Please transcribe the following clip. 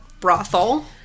brothel